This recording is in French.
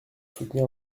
soutenir